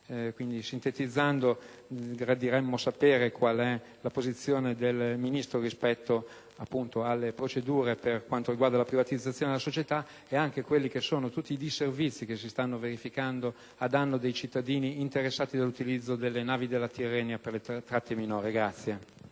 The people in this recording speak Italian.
società. Sintetizzando, gradiremmo quindi sapere qual è la posizione del Ministro rispetto alle procedure per quanto riguarda la privatizzazione della società e anche ai disservizi che si stanno verificando a danno dei cittadini interessati all'utilizzo delle navi della Tirrenia per tratte minori.